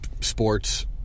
sports